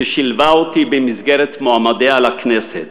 ששילבה אותי במסגרת מועמדיה לכנסת.